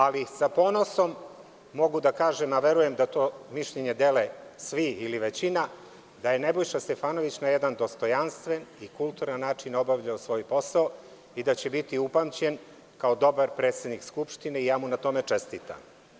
Ali, sa ponosom mogu da kažem, a verujem da to mišljenje dele svi ili većina, da je Nebojša Stefanović na jedan dostojanstven i kulturan način obavljao svoj posao i da će biti upamćen kao dobar predsednik Skupštine i ja mu na tome čestitam.